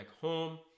home